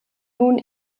nun